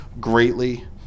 greatly